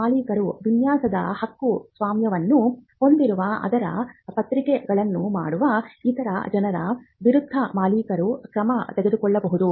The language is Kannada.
ಮಾಲೀಕರು ವಿನ್ಯಾಸದ ಹಕ್ಕುಸ್ವಾಮ್ಯವನ್ನು ಹೊಂದಿರುವಾಗ ಅದರ ಪ್ರತಿಗಳನ್ನು ಮಾಡುವ ಇತರ ಜನರ ವಿರುದ್ಧ ಮಾಲೀಕರು ಕ್ರಮ ತೆಗೆದುಕೊಳ್ಳಬಹುದು